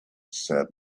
said